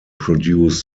produce